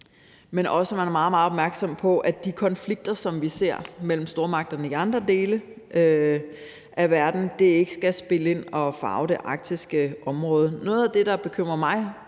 at man er meget, meget opmærksom på, at de konflikter, som vi ser mellem stormagterne i andre dele af verden, ikke skal spille ind og farve det arktiske område. Noget af det, der bekymrer mig